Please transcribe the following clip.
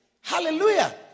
hallelujah